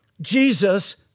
Jesus